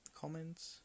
comments